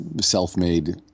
self-made